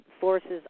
forces